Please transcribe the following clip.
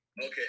Okay